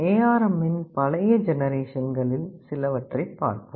ARM இன் பழைய ஜெனரேசன்களில் சிலவற்றைப் பார்ப்போம்